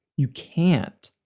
you can't.